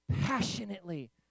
passionately